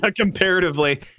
Comparatively